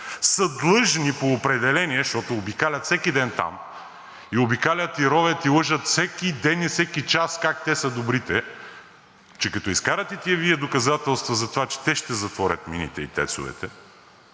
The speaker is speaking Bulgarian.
са длъжни по определение, защото обикалят всеки ден там – обикалят и ровят, и лъжат всеки ден и час как те са добрите, че като изкарате Вие доказателства за това, че те ще затворят мините и ТЕЦ-овете